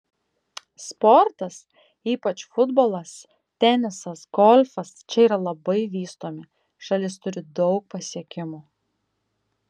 sportas ypač futbolas tenisas golfas čia yra labai vystomi šalis turi daug pasiekimų